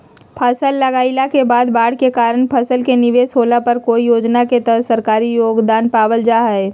फसल लगाईला के बाद बाढ़ के कारण फसल के निवेस होला पर कौन योजना के तहत सरकारी योगदान पाबल जा हय?